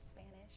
Spanish